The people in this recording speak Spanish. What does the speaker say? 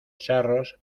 charros